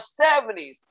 70s